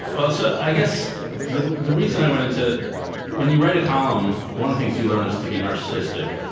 but so i guess the the reason i went into when you write a column, one of the things you learn is to be narcissistic,